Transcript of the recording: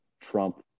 Trump